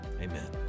Amen